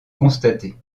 constatée